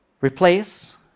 Replace